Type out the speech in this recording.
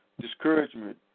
discouragement